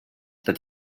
that